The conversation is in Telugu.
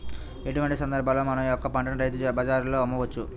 ఎటువంటి సందర్బాలలో మా యొక్క పంటని రైతు బజార్లలో అమ్మవచ్చు?